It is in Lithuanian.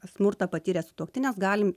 smurtą patyręs sutuoktinis gali